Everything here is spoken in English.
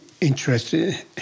interested